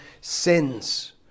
sins